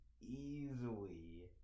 easily